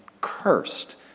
cursed